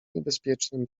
niebezpiecznym